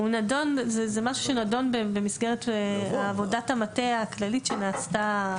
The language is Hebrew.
זה משהו שנדון במסגרת עבודת המטה הכללית שנעשתה,